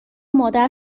مادر